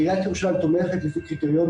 עיריית ירושלים תומכת לפי קריטריונים